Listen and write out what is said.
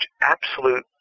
absolute